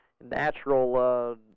natural